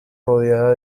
rodeada